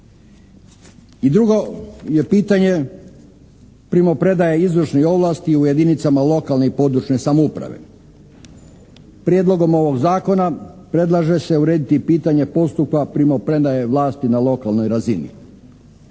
I drugo je pitanje primopredaje izvršnih ovlasti u jedinicama lokalne i područne samouprave. Prijedlogom ovog zakona predlaže se urediti pitanje postupka primopredaje vlasti na lokalnoj razini.